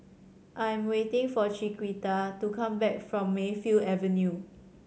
I'm waiting for Chiquita to come back from Mayfield Avenue